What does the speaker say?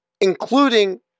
including